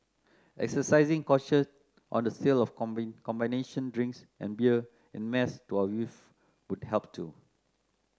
exercising caution on the sale of combination drinks and beer en mass to our youth would help too